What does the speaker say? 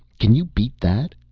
can you beat that?